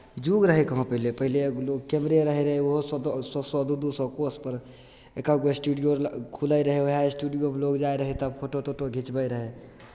युग रहै कहाँ पहिले पहिलेके लोकके कैमरे रहैत रहै ओहो सए सए दू दू सए कोसपर एक एक गो स्टूडियो खुलैत रहै उएह स्टूडियोमे लोक जाइत रहै तब फोटो तोटो घिचबैत रहै